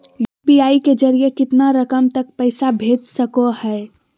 UPI के जरिए कितना रकम तक पैसा भेज सको है?